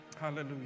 Hallelujah